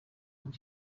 and